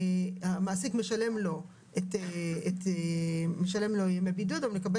המעסיק משלם לו את ימי הבידוד והוא מקבל